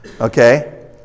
Okay